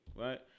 Right